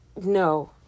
no